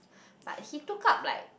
but he took up like